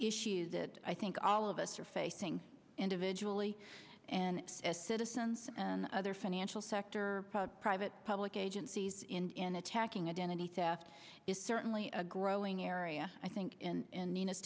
issues that i think all of us are facing individually and as citizens and other financial sector private public agencies in attacking identity theft is certainly a growing area i think and in